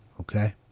Okay